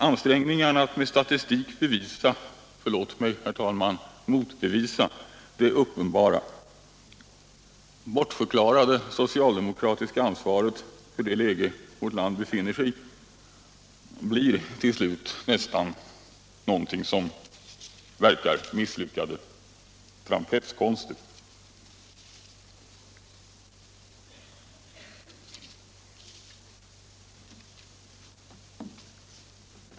Ansträngningarna att med statistik motbevisa det uppenbara och bortförklara det socialdemokratiska ansvaret för det läge vårt land befinner sig i blir till slut nästan någonting som verkar misslyckade trapetskonster.